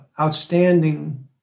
outstanding